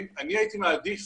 אני הייתי מעדיף